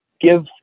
give